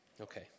Okay